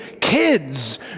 kids